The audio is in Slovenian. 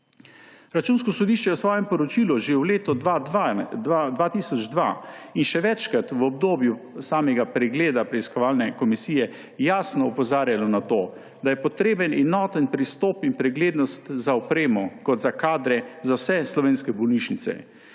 Računsko sodišče je v svojem poročilu že v letu 2002 in še večkrat v obdobju samega pregleda preiskovalne komisije jasno opozarjalo na to, da je potreben enoten pristop in preglednost za opremo kot za kadre za vse slovenske bolnišnice.